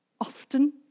often